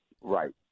right